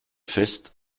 fest